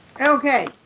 Okay